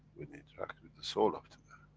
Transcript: when interact with the soul of the man,